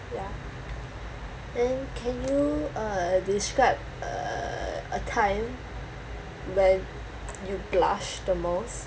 ya then can you uh describe err a time when you blushed the most